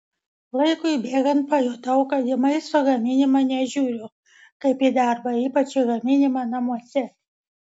laikui bėgant pajutau kad į maisto gaminimą nežiūriu kaip į darbą ypač į gaminimą namuose